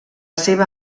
seva